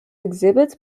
exhibits